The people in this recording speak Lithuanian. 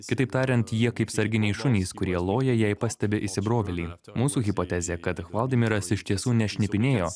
kitaip tariant jie kaip sarginiai šunys kurie loja jei pastebi įsibrovėlį mūsų hipotezė kad hvaldimiras iš tiesų ne šnipinėjo